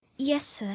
yes, sir,